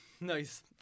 Nice